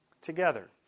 together